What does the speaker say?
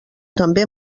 també